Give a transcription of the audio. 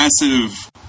massive